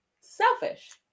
selfish